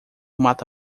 mata